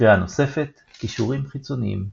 לקריאה נוספת == קישורים חיצוניים ==